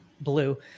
blue